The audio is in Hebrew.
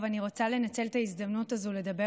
אני רוצה לנצל את ההזדמנות הזאת ולדבר